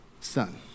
Son